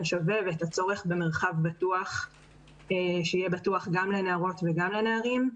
שווה ואת הצורך במרחב בטוח גם לנערים וגם לנערות.